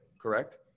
Correct